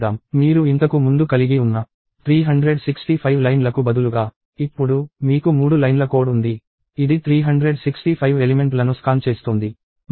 మీరు ఇంతకు ముందు కలిగి ఉన్న 365 లైన్లకు బదులుగా ఇప్పుడు మీకు మూడు లైన్ల కోడ్ ఉంది ఇది 365 ఎలిమెంట్లను స్కాన్ చేస్తోంది